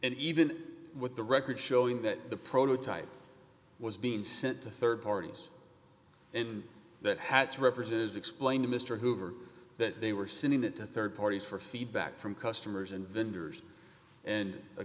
and even with the record showing that the prototype was being sent to rd parties and that hats represented explained to mr hoover that they were sending it to rd parties for feedback from customers and vendors and a